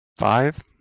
Five